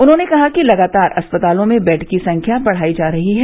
उन्होंने कहा कि लगातार अस्पतालों में बेड की संख्या बढ़ाई जा रही है